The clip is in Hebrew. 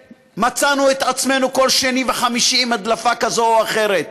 שמצאנו את עצמנו כל שני וחמישי עם הדלפה כזאת או אחרת.